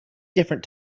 different